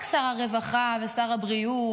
אלה לא רק שר הרווחה ושר הבריאות,